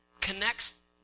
connects